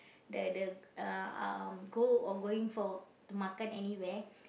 that the um go or going for to makan anywhere